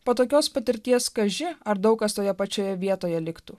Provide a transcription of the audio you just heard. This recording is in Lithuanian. po tokios patirties kaži ar daug kas toje pačioje vietoje liktų